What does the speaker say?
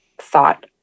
thought